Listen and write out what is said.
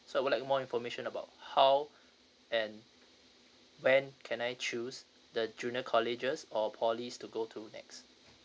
so I would like more information about how and when can I choose the junior colleges or poly to go to next